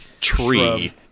tree